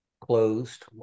closed